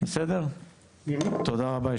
תודה רבה.